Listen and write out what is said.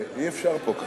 אי-אפשר פה ככה.